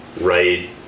right